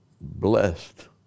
blessed